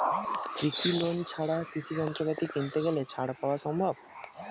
কৃষি লোন ছাড়া কৃষি যন্ত্রপাতি কিনতে গেলে ছাড় পাওয়া সম্ভব?